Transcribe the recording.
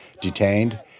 detained